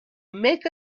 make